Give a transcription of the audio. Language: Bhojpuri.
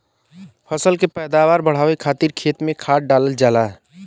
फसल के पैदावार बढ़ावे खातिर खेत में खाद डालल जाला